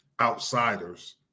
outsiders